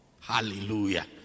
hallelujah